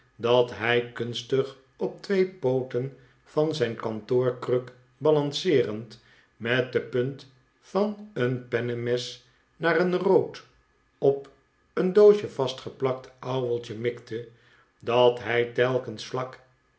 dat hij kunstig op twee pooten van zijn kantoorkruk balanceerend met de punt van een pennemes naar een rood op een doosje vastgeplakt ouweltje mikte dat hij telkens vlak